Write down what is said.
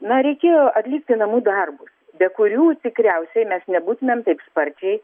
na reikėjo atlikti namų darbus be kurių tikriausiai mes nebūtumėm taip sparčiai